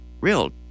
real